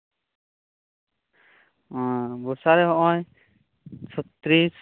ᱵᱚᱨᱥᱟ ᱨᱮ ᱦᱚᱸᱜᱼᱚᱭ ᱪᱷᱚᱛᱨᱤᱥ